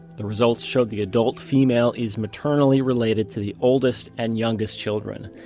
the results showed the adult female is maternally related to the oldest and youngest children.